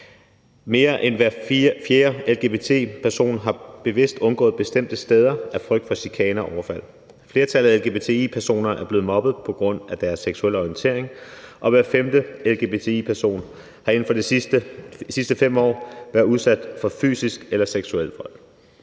Mere end hver fjerde lgbti-person har bevidst undgået bestemte steder af frygt for chikane og overfald. Flertallet af lgbti-personer er blevet mobbet på grund af deres seksuelle orientering, og hver 5. lgbti-person har inden for de sidste 5 år været udsat for fysisk eller seksuel vold.